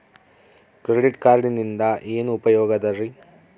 Credit ಕಾರ್ಡಿನಿಂದ ಏನು ಉಪಯೋಗದರಿ?